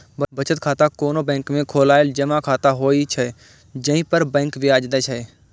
बचत खाता कोनो बैंक में खोलाएल जमा खाता होइ छै, जइ पर बैंक ब्याज दै छै